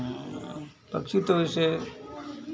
पक्षी तो ऐसे